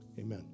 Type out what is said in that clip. Amen